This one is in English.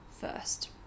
first